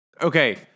Okay